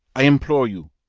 i implore you,